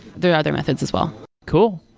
there are other methods as well cool.